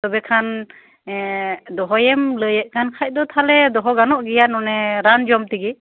ᱛᱚᱵᱮ ᱠᱷᱟᱱ ᱫᱚᱦᱚᱭᱮᱢ ᱞᱟᱹᱭᱮᱫ ᱠᱷᱟᱱ ᱛᱟᱦᱚᱞᱮ ᱫᱚᱦᱚ ᱜᱟᱱᱚᱜ ᱜᱮᱭᱟ ᱨᱟᱱ ᱡᱚᱢ ᱛᱮᱜᱮ